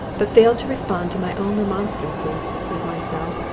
but failed to respond to my own remonstrances with myself,